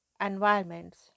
environments